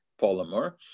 polymer